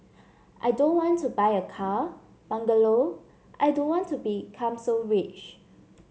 I don't want to buy a car bungalow I don't want to become so rich